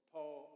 Paul